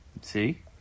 See